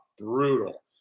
brutal